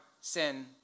sin